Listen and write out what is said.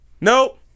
Nope